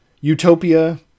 utopia